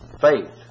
Faith